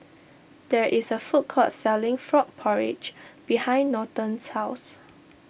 there is a food court selling Frog Porridge behind Norton's house